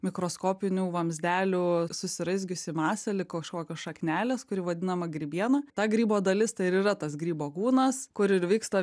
mikroskopinių vamzdelių susiraizgiusi masė lyg kažkokios šaknelės kuri vadinama grybiena ta grybo dalis tai ir yra tas grybo kūnas kur ir vyksta